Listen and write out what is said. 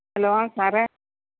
hello sir